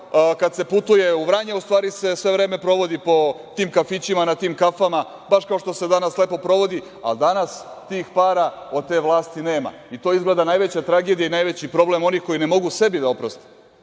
kad se putuje u Vranje, a u stvari se sve vreme provodi po tim kafićima, na tim kafama, baš kao što se danas lepo provodi, al danas tih para od te vlasti nema. I to je, izgleda, najveća tragedija i najveći problem onih koji ne mogu sebi da oproste